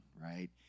right